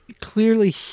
Clearly